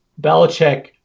Belichick